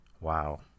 Wow